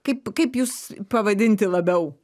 kaip kaip jus pavadinti labiau